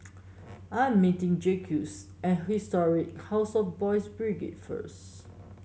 I am meeting Jacquez at Historic House of Boys' Brigade first